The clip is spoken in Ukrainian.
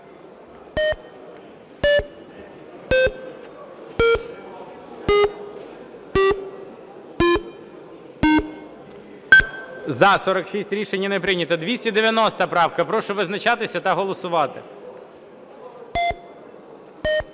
За-46 Рішення не прийнято. 290 правка. Прошу визначатися та голосувати.